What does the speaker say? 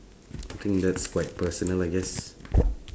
I think that's quite personal I guess